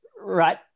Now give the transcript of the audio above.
Right